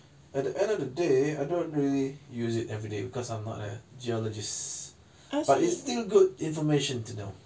at the end of the day I don't really use it everyday because I'm not a geologist but it's still good information to know